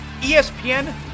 ESPN